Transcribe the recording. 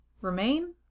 Remain